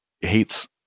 hates